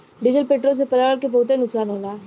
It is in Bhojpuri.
डीजल पेट्रोल से पर्यावरण के बहुते नुकसान होला